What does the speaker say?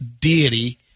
deity